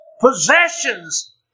possessions